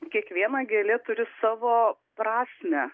kiekviena gėlė turi savo prasmę